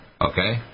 Okay